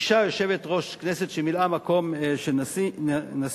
אשה יושבת-ראש כנסת שמילאה מקום של נשיא,